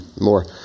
more